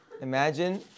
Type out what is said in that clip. Imagine